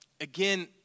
Again